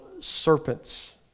serpents